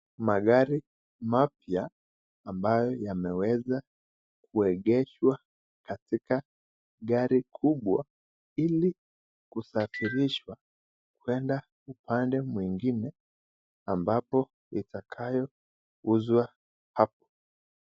Magari mapya ambayo yameweza kuegeshwa katika gari kubwa, ili kusafirishwa kwenda upande mwingine ambapo itakayo uzwa hapo.